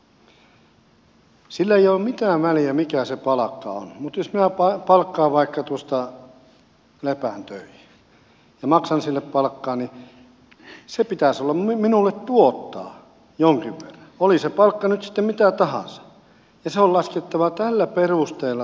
sillä ei ole mitään väliä mikä se palkka on mutta jos minä palkkaan vaikka tuosta lepän töihin ja maksan sille palkkaa sen pitäisi minulle tuottaa jonkin verran oli se palkka nyt sitten mitä tahansa ja se on laskettava tällä perusteella